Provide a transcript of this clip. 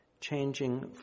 changing